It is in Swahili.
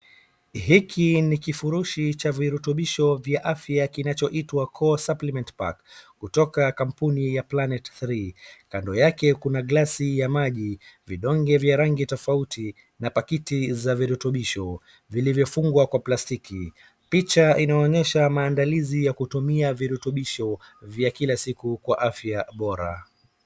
Hiki ni kifurushi cha virutubisho vya afya kinachoitwa core supplement pack kutoka kampuni ya planet3 kando yake kuna glasi ya maji, vidonge vya rangi tofauti na pakiti za virutubisho vilivyofungwa kwa plastiki. Picha inaonyesha maandalizi ya kutumia virutubisho vya kila siku kwa afya bora.